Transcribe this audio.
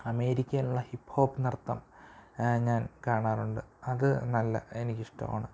അമേരിക്കയിലുള്ള hip hop നൃത്തം ഞാൻ കാണാറുണ്ട് അതു നല്ല എനിക്കിഷ്ടമാണ്